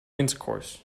intercourse